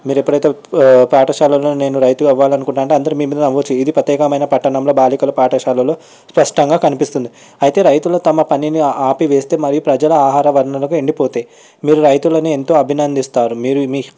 మీరు ఎప్పుడైతే పాఠశాలలో నేను రైతు అవ్వాలనుకుంటున్నాను అందరూ మీ మీద నవ్వచ్చు ఇది ప్రత్యేకమైన పట్టణంలో బాలికల పాఠశాలలో స్పష్టంగా కనిపిస్తుంది అయితే రైతుల తమ పనిని ఆపివేస్తే మరి ప్రజల ఆహార వనరులకు ఎండిపోతాయి మీరు రైతులను ఎంతో అభినందిస్తారు మీరు మీ